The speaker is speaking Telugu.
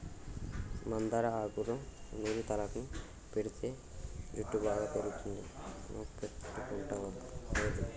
మందార ఆకులూ నూరి తలకు పెటితే జుట్టు బాగా పెరుగుతుంది నువ్వు పెట్టుకుంటావా రోజా